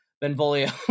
Benvolio